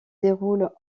déroulent